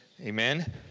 Amen